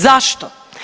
Zašto?